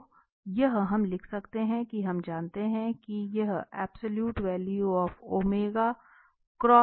तो यह हम लिख सकते हैं कि हम जानते हैं कि यह है